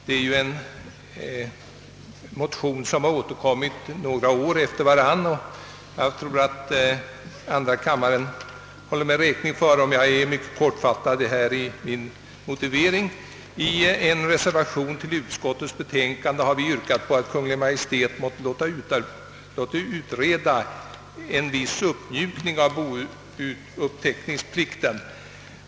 Det är här fråga om ett motionsyrkande som har framställts vid tidigare riksdagar, och jag tror att andra kammaren håller mig räkning för om jag är mycket kortfattad i min motivering. I en reservation till utskottets utlåtande har jag tillsammans med andra reservanter hemställt att Kungl. Maj:t måtte låta verkställa en utredning rörande viss uppmjukning av bouppteckningsplikten.